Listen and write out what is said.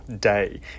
day